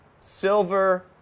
Silver